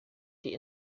die